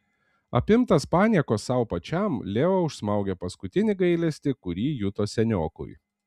apimtas paniekos sau pačiam leo užsmaugė paskutinį gailestį kurį juto seniokui